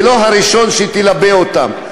ולא הראשון שילבה אותן.